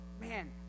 man